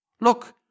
Look